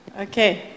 Okay